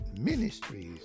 Ministries